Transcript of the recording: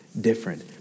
different